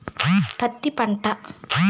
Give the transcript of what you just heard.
పత్తి పంట